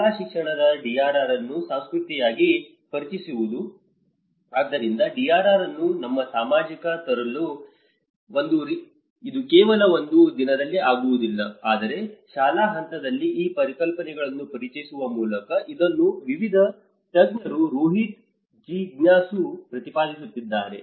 ಶಾಲಾ ಶಿಕ್ಷಣದಲ್ಲಿ DRR ಅನ್ನು ಸಂಸ್ಕೃತಿಯಾಗಿ ಪರಿಚಯಿಸುವುದು ಆದ್ದರಿಂದ DRR ಅನ್ನು ನಮ್ಮ ಸಮಾಜಕ್ಕೆ ತರಲು ಇದು ಕೇವಲ ಒಂದು ದಿನದಲ್ಲಿ ಆಗುವುದಿಲ್ಲ ಆದರೆ ಶಾಲಾ ಹಂತದಲ್ಲಿ ಈ ಪರಿಕಲ್ಪನೆಗಳನ್ನು ಪರಿಚಯಿಸುವ ಮೂಲಕ ಇದನ್ನು ವಿವಿಧ ತಜ್ಞರು ರೋಹಿತ್ ಜಿಜ್ಞಾಸು ಪ್ರತಿಪಾದಿಸಿದ್ದಾರೆ